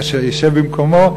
שישב במקומו.